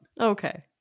Okay